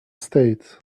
stayed